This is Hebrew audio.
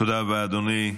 תודה רבה, אדוני.